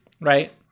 Right